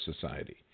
society